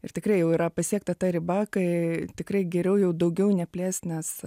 ir tikrai jau yra pasiekta ta riba kai tikrai geriau jau daugiau neplėst nes